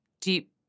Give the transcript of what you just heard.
deep